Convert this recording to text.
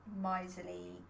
miserly